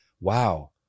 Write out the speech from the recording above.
Wow